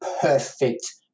perfect